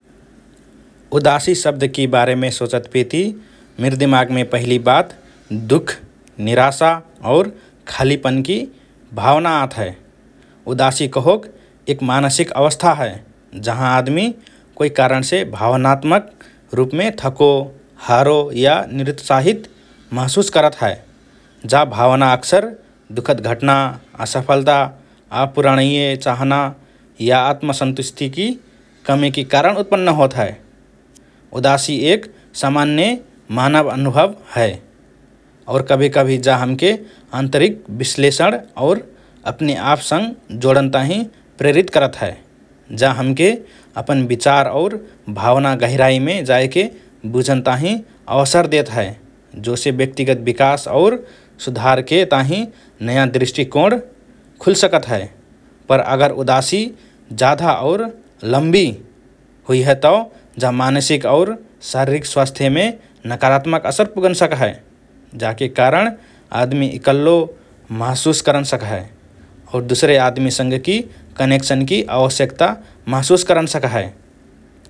“उदासी” शब्दकि बारेमे सोचतपेति मिर दिमागमे पहिली बात दुःख, निराशा और खालीपनकि भावना आत हए । उदासी कहोक एक मानसिक अवस्था हए जहाँ आदमि कोइ कारणसे भावनात्मक रुपमे थको, हारो, या निरुत्साहित महसुस करत हए । जा भावना अक्सर दुःखद घटना, असफलता, अपूरणीय चाहना, या आत्मसंतुष्टिकि कमीकि कारण उत्पन्न होत हए । उदासी एक सामान्य मानव अनुभव हए और कभि–कभि जा हमके आन्तरिक विश्लेषण और अपनेआप सँग जोडन ताहिँ प्रेरित करत हए । जा हमके अपन विचार और भावना गहिराइमे जाएके बुझन ताहिँ अवसर देत हए जोसे व्यक्तिगत विकास और सुधारके ताहिँ नया दृष्टिकोण खुल्सकत हए । पर अगर उदासी जाधा और लम्बी हुइहए तओ जा मानसिक और शारीरिक स्वास्थ्यमे नकारात्मक असर पुगन सक्हए । जाकि कारण आदमि इकल्लो महसुस करन सक्हए और दुसरे आदमीसँगकी कनेक्शनकि आवश्यकता महसुस करन सक्हए ।